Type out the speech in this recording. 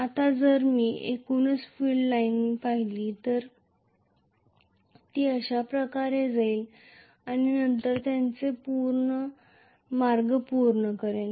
आता जर मी एकूणच फील्ड लाईन पाहिली तर ती अशाप्रकारे जाईल आणि नंतर त्याचा मार्ग पूर्ण करेल